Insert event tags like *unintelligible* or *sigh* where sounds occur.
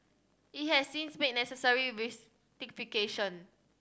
it has since made necessary with *unintelligible*